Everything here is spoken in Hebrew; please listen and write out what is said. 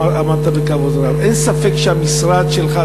אין ספק שהמשרד שלך,